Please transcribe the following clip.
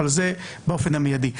אבל זה באופן המיידי.